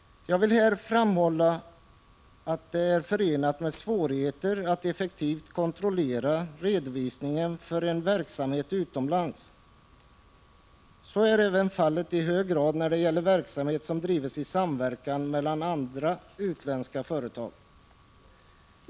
Jag vill här framhålla att det är förenat med svårigheter att effektivt kontrollera redovisningen för en verksamhet utomlands. Så är även fallet i hög grad när det gäller verksamhet som drivs i samverkan med andra utländska företag.